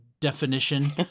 definition